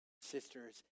sisters